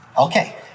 okay